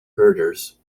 herders